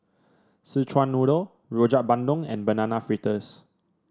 Szechuan Noodle Rojak Bandung and Banana Fritters